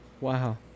Wow